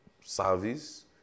service